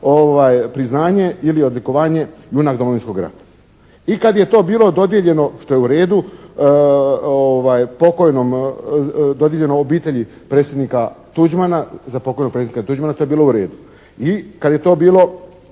priznanje ili odlikovanje "JUNAK DOMOVINSKOG RATA". I kad je to bilo dodijeljeno, što je u redu, pokojnom, dodijeljeno obitelji za pokojnog predsjednika Tuđmana to je bilo u redu. I kad je to bilo